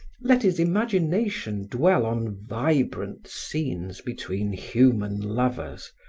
let his imagination dwell on vibrant scenes between human lovers,